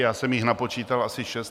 Já jsem jich napočítal asi šest.